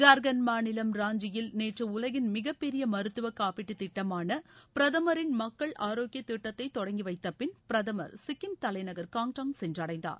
ஜார்க்கண்ட் மாநிலம் ராஞ்சியில் நேற்று உலகின் மிகப்பெரிய மருத்துவ காப்பீட்டுத் திட்டமான பிரதமரின் மக்கள் ஆரோக்கிய திட்டத்தை தொடக்கிவைத்தப்பின் பிரதமர் சிக்கிம் தலைநகர் காங்டாக் சென்றடைந்தார்